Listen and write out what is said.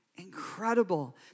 incredible